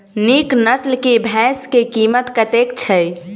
नीक नस्ल केँ भैंस केँ कीमत कतेक छै?